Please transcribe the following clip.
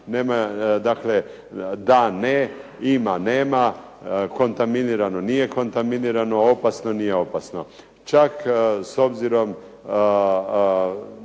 da, ne, ima nema, kontaminirano, nije kontaminirano, opasno nije opasno. Čak s obzirom,